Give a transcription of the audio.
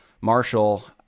Marshall